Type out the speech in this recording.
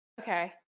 Okay